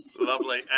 Lovely